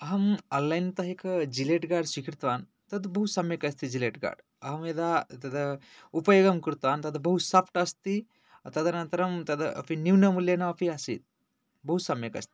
अहम् आन्लैन् त एक जिलेट् गार्ड् स्वीकृतवान् तत् बहुसम्यक् अस्ति जिलेट् गार्ड् अहं यदा तद् उपयोगं कृतवान् तद् बहु साफ्ट् अस्ति तदनन्तरं तत् अपि न्यूनमूल्येन अपि आसीत् बहु सम्यक् अस्ति